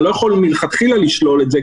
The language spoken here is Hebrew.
אתה לא יכול מלכתחילה לשלול את זה,